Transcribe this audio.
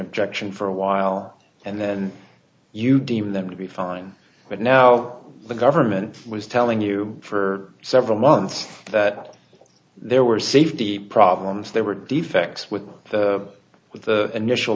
objection for a while and then you deem them to be fine but now the government was telling you for several months that there were safety problems there were defects with the initial